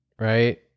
right